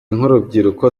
nk’urubyiruko